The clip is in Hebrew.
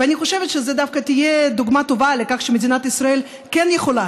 אני חושבת שזו תהיה דווקא דוגמה טובה לכך שמדינת ישראל כן יכולה